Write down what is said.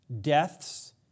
deaths